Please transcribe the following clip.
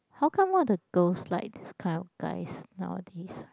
how all the girls like this kind of guys nowadays